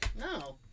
No